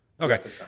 Okay